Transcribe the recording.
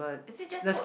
is it just put